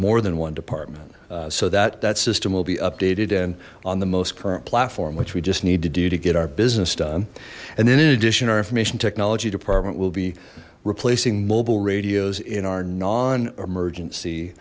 more than one department so that that system will be updated and on the most current platform which we just need to do to get our business done and then in addition our information technology department will be replacing mobile radios in our non emergency